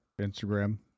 Instagram